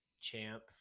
champ